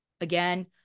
Again